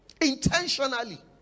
intentionally